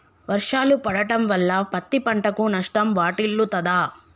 వర్షాలు పడటం వల్ల పత్తి పంటకు నష్టం వాటిల్లుతదా?